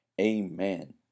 Amen